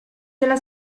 della